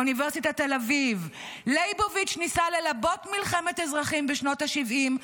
אוניברסיטת תל אביב: "לייבוביץ' ניסה ללבות מלחמת אזרחים בשנות השבעים.